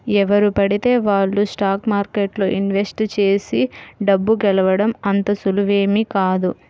ఎవరు పడితే వాళ్ళు స్టాక్ మార్కెట్లో ఇన్వెస్ట్ చేసి డబ్బు గెలవడం అంత సులువేమీ కాదు